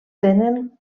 tenen